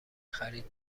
خرید